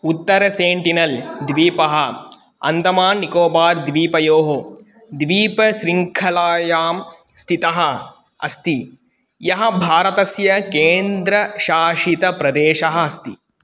उत्तर सेन्टिनल् द्वीपः अन्दमान् निकोबार् द्वीपयोः द्वीपशृङ्खलायां स्थितः अस्ति यः भारतस्य केन्द्रशासितप्रदेशः अस्ति